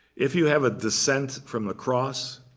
if you have a descent from the cross,